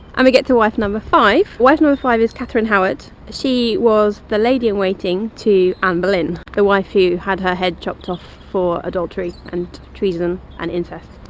um get to wife five, wife number five is catherine howard. she was the lady in waiting to anne bolyn. the wife who had her head chopped off. for adultery, and treason, and incest.